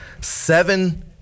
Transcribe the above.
seven